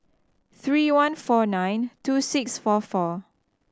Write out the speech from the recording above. three one four nine two six four four